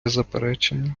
заперечення